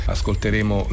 Ascolteremo